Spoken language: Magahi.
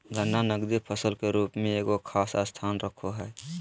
गन्ना नकदी फसल के रूप में एगो खास स्थान रखो हइ